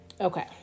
okay